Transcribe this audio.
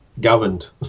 governed